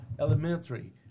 elementary